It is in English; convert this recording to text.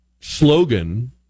slogan